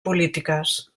polítiques